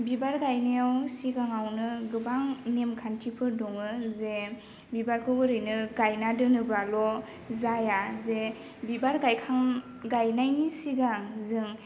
बिबार गायनायाव सिगाङावनो गोबां नेमखान्थिफोर दङो जे बिबारखौ ओरैनो गायना दोनोबाल' जाया जे बिबार गायनायनि सिगां जों